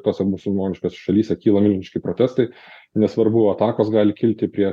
tose musulmoniškose šalyse kyla milžiniški protestai nesvarbu atakos gali kilti prieš